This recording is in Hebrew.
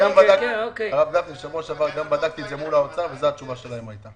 בשבוע שעבר בדקתי את זה מול האוצר וזו הייתה התשובה שלהם.